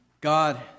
God